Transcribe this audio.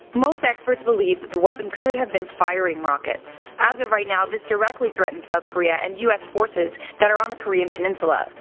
most experts believe it the weapon could have been firing rockets. as of right now, this directly threatens south korea and us forces that are on the korean peninsula.